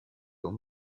aux